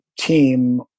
team